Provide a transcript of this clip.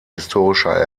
historischer